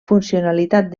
funcionalitat